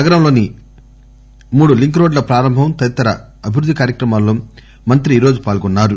నగరంలోని మూడు లింక్ రోడ్ల ప్రారంభం తదితర అభివృద్ది కార్యక్రమాల్లో మంత్రి కేటీఆర్ ఈరోజు పాల్గొన్నారు